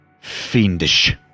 fiendish